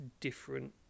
different